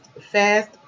fast